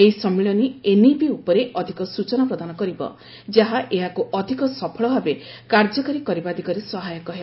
ଏହି ସମ୍ମିଳନୀ ଏନ୍ଇପି ଉପରେ ଅଧିକ ସୂଚନା ପ୍ରଦାନ କରିବ ଯାହା ଏହାକୁ ଅଧିକ ସଫଳ ଭାବେ କାର୍ଯ୍ୟକାରୀ କରିବା ଦିଗରେ ସହାୟକ ହେବ